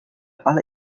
ale